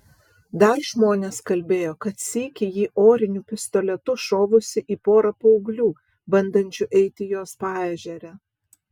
dar žmonės kalbėjo kad sykį ji oriniu pistoletu šovusi į porą paauglių bandančių eiti jos paežere